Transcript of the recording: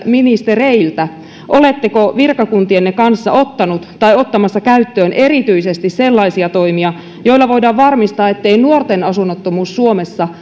ministereiltä oletteko virkakuntienne kanssa ottanut tai ottamassa käyttöön erityisesti sellaisia toimia joilla voidaan varmistaa ettei nuorten asunnottomuus suomessa